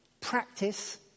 Practice